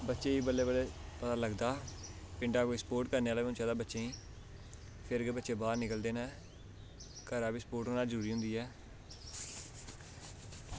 बच्चे गी बल्लें बल्लें पता लगदा पिंडा कोई स्पोट करने आह्ला बी होना चाहिदा बच्चें गी फिर गै बच्चे बाह्र निकलदे न घरा बी स्पोट होना जरूरी होंदी ऐ